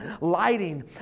lighting